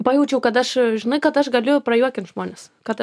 pajaučiau kad aš žinai kad aš galiu prajuokint žmones kad